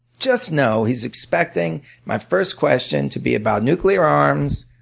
just know he's expecting my first question to be about nuclear arms,